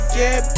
get